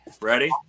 ready